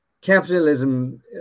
capitalism